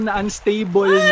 unstable